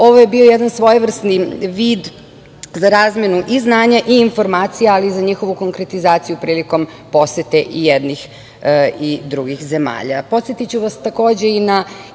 ovo je bio jedan svojevrsni vid za razmenu i znanja i informacija, ali i za njihovu konkretizaciju prilikom posete i jednih i drugih zemalja. Podsetiću vas, takođe, i na